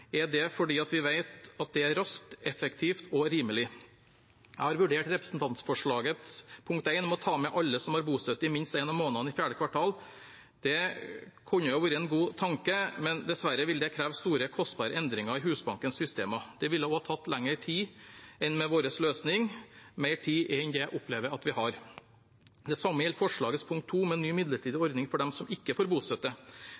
er det fordi vi vet at det er raskt, effektivt og rimelig. Jeg har vurdert representantforslagets punkt 1, om å ta med alle som har bostøtte i minst en av månedene i fjerde kvartal. Det kunne vært en god tanke, men dessverre vil det kreve store og kostbare endringer i Husbankens systemer. Det ville også tatt lengre tid enn med vår løsning – mer tid enn det jeg opplever at vi har. Det samme gjelder forslagets punkt 2, om en ny midlertidig